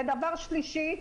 ודבר שלישי,